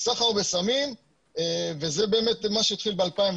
סחר בסמים וזה באמת מה שהתחיל ב-2019,